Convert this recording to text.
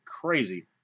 crazy